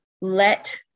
let